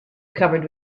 covered